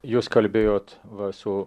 jūs kalbėjot va su